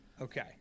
Okay